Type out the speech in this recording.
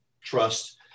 trust